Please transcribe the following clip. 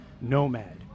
Nomad